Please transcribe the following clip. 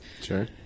Sure